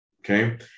Okay